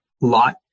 lot